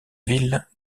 ville